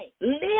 live